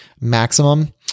maximum